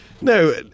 No